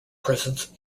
presence